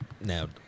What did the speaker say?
Now